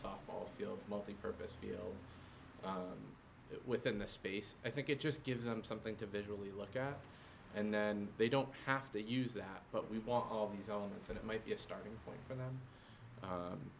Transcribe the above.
softball field multipurpose field within the space i think it just gives them something to visually look at and then they don't have to use that but we want all these elements and it might be a starting point for them